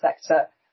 sector